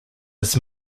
his